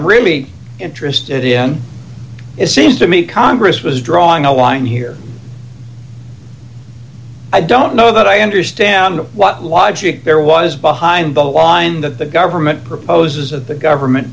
really interested in it seems to me congress was drawing a line here i don't know that i understand what logic there was behind the line that the government proposes of the government